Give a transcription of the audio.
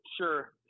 Sure